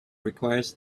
requires